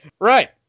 Right